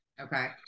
okay